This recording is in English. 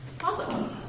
Awesome